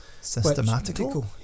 Systematical